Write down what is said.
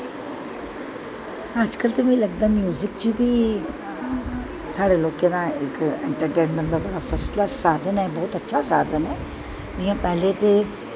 अजकल्ल ते मीं लगदा च म्युजिक च बी साढ़े लोकें दा इक इंटरटेनमैंट दा फक्सकलास साधन ऐ बौह्त अच्छा साधन ऐ जि'यां पैह्ले ते